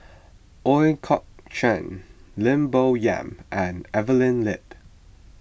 Ooi Kok Chuen Lim Bo Yam and Evelyn Lip